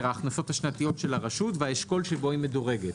ההכנסות השנתיות של הרשות והאשכול שבו מדורגת.